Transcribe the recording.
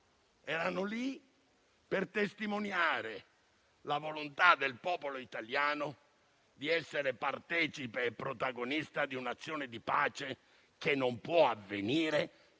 Erano lì per testimoniare la volontà del popolo italiano di essere partecipe e protagonista di un'azione di pace che non può avvenire